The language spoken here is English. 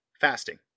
fasting